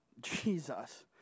Jesus